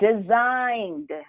designed